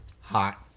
Hot